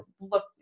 look